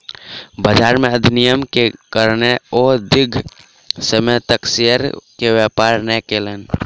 बजार में अनियमित्ता के कारणें ओ दीर्घ समय तक शेयर के व्यापार नै केलैन